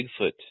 Bigfoot